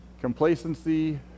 Complacency